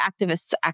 activist's